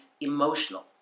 emotional